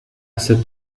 sept